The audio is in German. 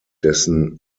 dessen